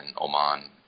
Oman